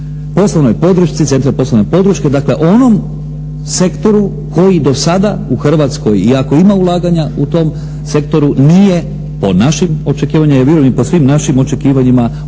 poslovnoj podršci, centra poslovne podrške, dakle onom sektoru koji do sada u Hrvatskoj i ako ima ulaganja u tom sektoru nije po našim očekivanjima, ja vjerujem i po svim našim očekivanjima ostvario